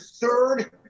third